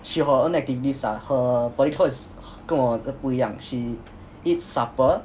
she got her own activities ah her body clock is 跟我的不一样 she eat supper